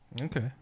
Okay